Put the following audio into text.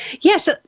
yes